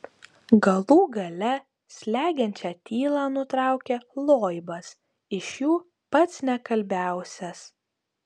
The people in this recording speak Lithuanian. galų gale slegiančią tylą nutraukė loibas iš jų pats nekalbiausias